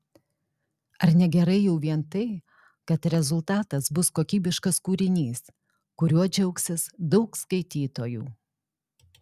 ar ne gerai jau vien tai kad rezultatas bus kokybiškas kūrinys kuriuo džiaugsis daug skaitytojų